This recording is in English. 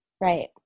Right